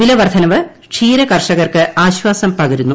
വില വർധനവ് ക്ഷീര കർഷകർക്ക് ആശ്ചാസും പകരുന്നു